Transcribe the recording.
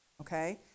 Okay